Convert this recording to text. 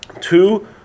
Two